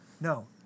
No